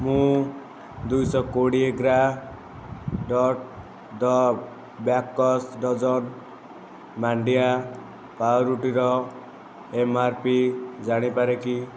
ମୁଁ ଦୁଇଶହ କୋଡ଼ିଏ gram dot the Baker's Dozen ମାଣ୍ଡିଆ ପାଉରୁଟି ର ଏମ୍ଆର୍ପି ଜାଣିପାରେ କି